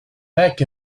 back